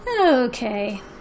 okay